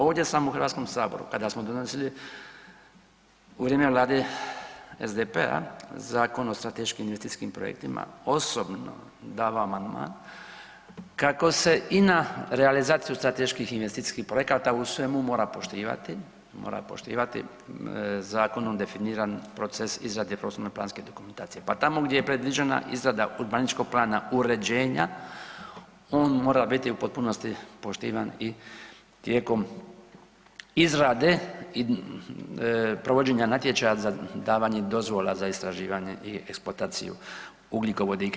Ovdje sam u Hrvatskom saboru kada donosili u vrijeme Vlade SDP-a Zakon o strateškim investicijskim projektima, osobno dao amandman kako se i na realizaciju strateških investicijskih projekata u svemu mora poštivati zakonom definiran proces izrade prostorno-planske dokumentacije pa tamo gdje je predviđena izrada urbanističkog plana uređenja, on mora biti u potpunosti poštivan i tijekom izrade i provođenja natječaja za davanje dozvola za istraživanje i eksploataciju ugljikovodika.